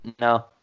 No